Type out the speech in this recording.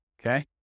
Okay